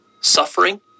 suffering